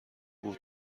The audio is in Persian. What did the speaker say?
بود